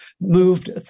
moved